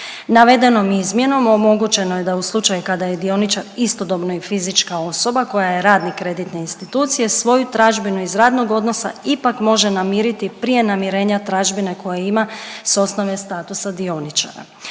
Navedenom izmjenom omogućeno je da u slučaju kada je dioničar istodobno i fizička osoba koja je radnik kreditne institucije, svoju tražbinu iz radnog odnosa ipak može namiriti prije namirenja tražbine koje ima s osnove statusa dioničara.